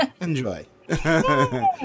Enjoy